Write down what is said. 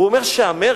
הוא אומר שהמרד